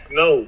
no